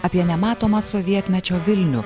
apie nematomą sovietmečio vilnių